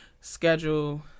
schedule